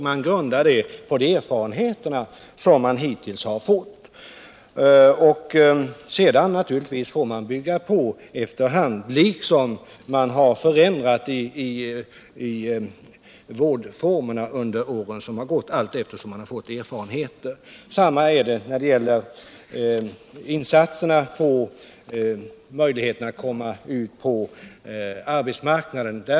Det grundas på de erfarenheter som man hittills har fått. Sedan får man naturligtvis bygga på efter hand, liksom vårdformerna under åren som har gått har förändrats efter hand som man har fått erfarenheter. Samma sak gäller beträffande insatserna för att öka möjligheterna för unga att komma in på arbetsmarknaden.